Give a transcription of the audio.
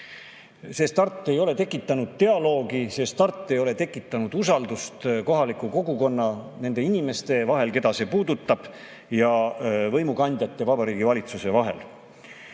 See start ei ole tekitanud dialoogi, see start ei ole tekitanud usaldust kohaliku kogukonna, nende inimeste vahel, keda see puudutab, ja võimukandjate, Vabariigi Valitsuse vahel.